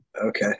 Okay